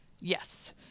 Yes